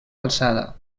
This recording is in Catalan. alçada